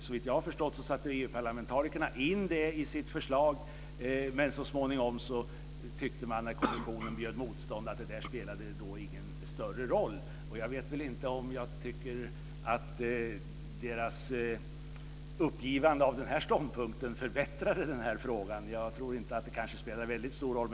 Såvitt jag har förstått satte EU-parlamentarikerna in det i sitt förslag, men så småningom tyckte man, när kommissionen bjöd motstånd, att det inte spelade någon större roll. Jag vet inte om jag tycker att deras uppgivande av denna ståndpunkt förbättrade den här frågan. Jag tror kanske inte att det spelade så väldigt stor roll.